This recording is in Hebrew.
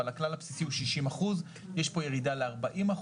אבל הכלל הבסיסי הוא 60%. יש פה ירידה ל-40%,